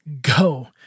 go